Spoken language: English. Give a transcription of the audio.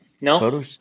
No